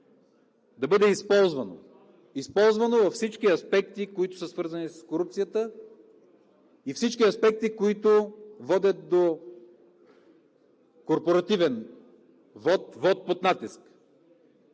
да бъде използвано – използвано във всички аспекти, свързани с корупцията, и всички аспекти, водещи до корпоративен вот, вот под натиск.